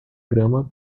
grama